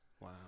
Wow